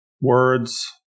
Words